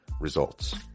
results